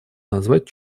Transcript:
назвать